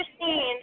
Christine